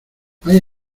hay